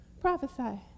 prophesy